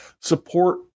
support